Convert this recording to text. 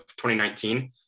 2019